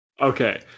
Okay